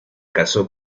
casó